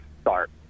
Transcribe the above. start